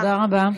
תודה רבה.